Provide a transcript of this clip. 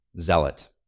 zealot